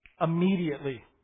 Immediately